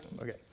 okay